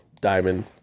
Diamond